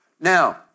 Now